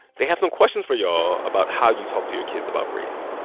they have some questions for y'all about how you talk to your kids about race.